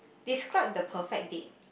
describe the perfect date